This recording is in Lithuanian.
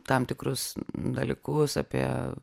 tam tikrus dalykus apie